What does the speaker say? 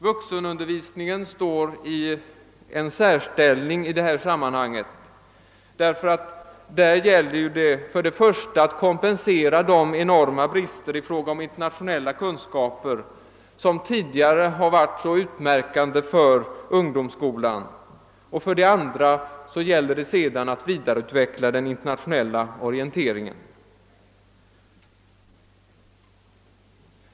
Vuxenundervisningen har en särställning i detta sammanhang; det gäller för det första att kompensera de enorma brister i fråga om internationella kunskaper som tidigare varit så utmärkande för ungdomsskolan, för det andra att vidareutveckla den internationella orienteringen.